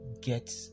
get